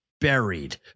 buried